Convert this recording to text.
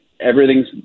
everything's